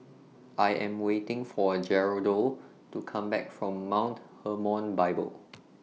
I Am waiting For A Geraldo to Come Back from Mount Hermon Bible